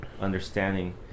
understanding